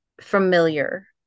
familiar